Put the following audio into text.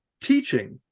teaching